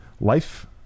life